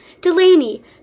Delaney